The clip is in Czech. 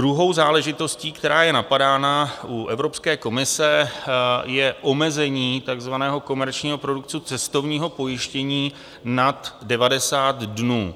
Druhou záležitostí, která je napadána u Evropské komise, je omezení takzvaného komerčního produktu cestovního pojištění nad 90 dnů.